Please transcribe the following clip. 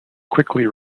quickly